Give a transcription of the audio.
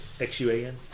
X-U-A-N